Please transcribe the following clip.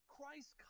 Christ